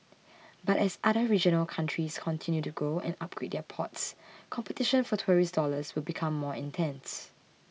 but as other regional countries continue to grow and upgrade their ports competition for tourist dollars will become more intense